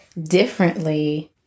differently